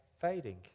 fading